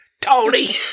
Tony